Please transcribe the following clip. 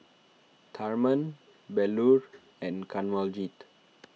Tharman Bellur and Kanwaljit